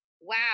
wow